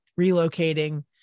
relocating